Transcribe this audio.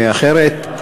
אחרת.